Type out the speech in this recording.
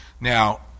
Now